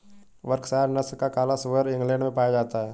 Berkshire नस्ल का काला सुअर इंग्लैण्ड में पाया जाता है